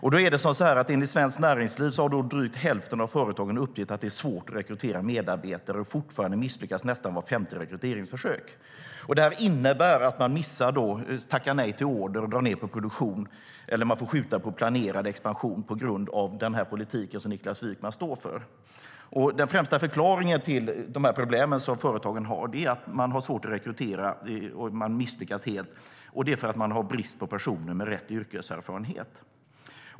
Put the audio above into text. Den främsta förklaringen till de problem som företagen har är att de har svårt att rekrytera och misslyckas helt. Det är för att de har brist på personer med rätt yrkeserfarenhet.